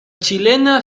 chilena